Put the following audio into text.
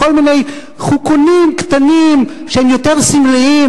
בכל מיני חוקונים קטנים שהם יותר סמליים,